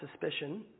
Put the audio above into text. suspicion